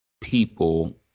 people